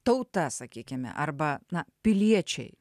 tauta sakykime arba na piliečiai